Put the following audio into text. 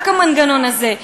רק המנגנון הזה,